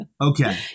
Okay